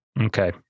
Okay